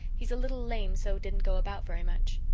he's a little lame, so didn't go about very much.